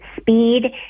speed